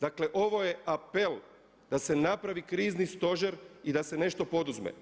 Dakle, ovo je apel da se napravi krizni stožer i da se nešto poduzme.